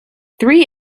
three